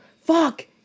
fuck